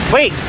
Wait